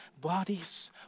bodies